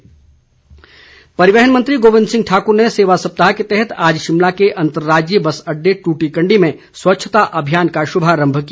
गोविंद ठाकुर परिवहन मंत्री गोविंद ठाकुर ने सेवा सप्ताह के तहत आज शिमला के अंतर्राज्यीय बस अड्डे टूटीकंडी में स्वच्छता अभियान का शुभारम्भ किया